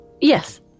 Yes